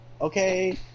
okay